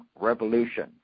Revolution